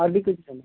اور بھی کچھ ہے